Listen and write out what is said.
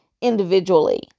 individually